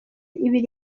ibiri